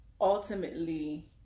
ultimately